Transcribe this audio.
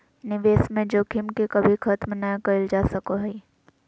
निवेश में जोखिम के कभी खत्म नय कइल जा सको हइ